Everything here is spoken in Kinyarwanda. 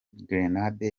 grenade